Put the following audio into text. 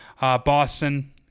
Boston